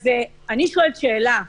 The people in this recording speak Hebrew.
אז אני שואלת שאלה -- אחרונה.